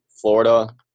Florida